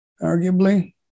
arguably